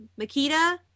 Makita